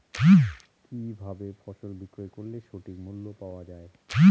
কি ভাবে ফসল বিক্রয় করলে সঠিক মূল্য পাওয়া য়ায়?